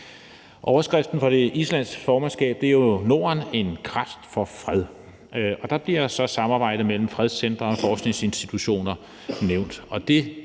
Overskriften for det islandske formandskab er jo »Norden – en kraft for fred«, og der bliver så samarbejde mellem fredscentre og forskningsinstitutioner nævnt,